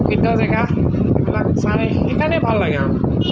প্ৰসিদ্ধ জেগা এইবিলাক চাই ইফালে ভাল লাগে আৰু